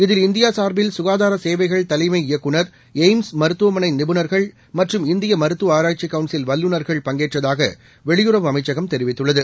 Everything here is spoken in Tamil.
இதில்இந்தியாசார்பில்சுகாதாரசேவைகள்தலைமைஇயக்குநர் எய்ம்ஸ்மருத்துவமனைநிபுணர்கள்மற்றும்இந்தியமருத்துவஆராய்ச்சிக்கவுன்சில்வல்லுநர்கள் பங்கேற்றதாகவெளியுறவுஅமைச்சகம்தெரிவித்துள்ளது